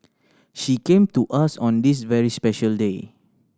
she came to us on this very special day